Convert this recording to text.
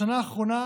בשנה האחרונה